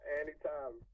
anytime